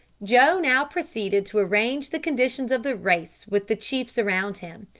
joe now proceeded to arrange the conditions of the race with the chiefs around him.